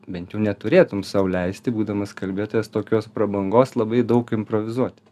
bent jau neturėtum sau leisti būdamas kalbėtojas tokios prabangos labai daug improvizuoti